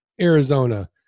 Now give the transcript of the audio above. Arizona